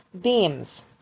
beams